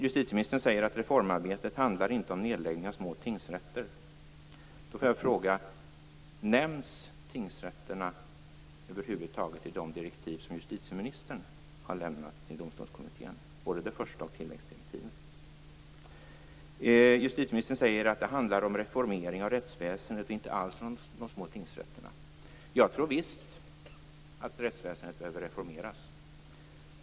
Justitieministern säger att reformarbetet inte handlar om nedläggning av små tingsrätter. Då vill jag fråga: Nämns tingsrätterna över huvud taget i de direktiv som justitieministern har lämnat till Domstolskommittén, både det första och tilläggsdirektiven? Justitieministern säger att det handlar om reformering av rättsväsendet och inte alls om de små tingsrätterna. Jag tror visst att rättsväsendet behöver reformeras.